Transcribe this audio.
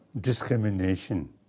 discrimination